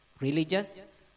religious